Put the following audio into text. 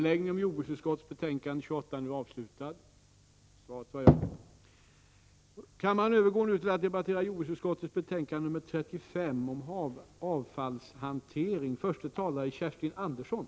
Kammaren övergår nu till att debattera utbildningsutskottets betänkande 19 om anslag till utrustning för gymnasieskolan, m.m.